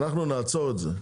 אנחנו נעצור את זה.